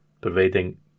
providing